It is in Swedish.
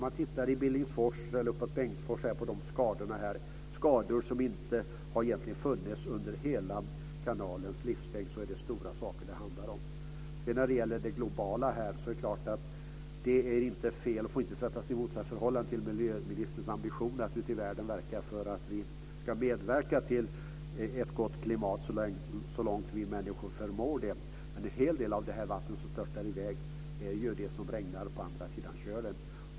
Skadorna i Billingsfors och Bengtsfors har inte funnits tidigare under hela kanalens livslängd. Det handlar om stora saker. Sedan var det den globala frågan. Detta får inte sättas i motsatsförhållande till miljöministerns ambitioner att vi ska medverka till ett gott klimat i världen så långt vi människor förmår det. En hel del av vattnet som störtar i väg är sådant som regnar på andra sidan Kölen.